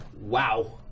Wow